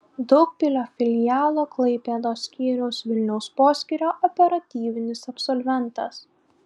daugpilio filialo klaipėdos skyriaus vilniaus poskyrio operatyvinis absolventas